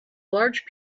large